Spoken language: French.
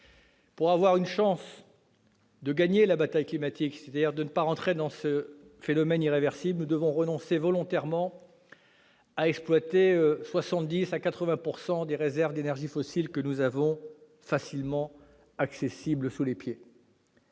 pour avoir une chance de gagner la bataille climatique, une chance de ne pas entrer dans ce phénomène irréversible, nous devons renoncer volontairement à exploiter 70 % à 80 % des réserves d'énergies fossiles que nous avons, facilement accessibles, sous nos pieds.